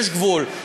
יש גבול.